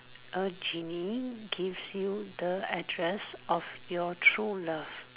A genie give you the address of your true love